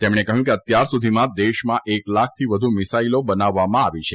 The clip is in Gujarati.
તેમણે કહ્યું કે અત્યાર સુધીમાં દેશમાં એક લાખથી વધુ મિસાઇલો બનાવવામાં આવી છે